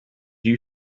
you